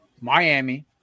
Miami